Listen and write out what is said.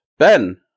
Ben